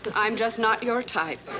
but i'm just not your type.